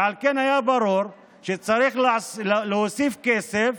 ועל כן היה ברור שצריך להוסיף כסף